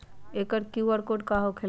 एकर QR code का होकेला?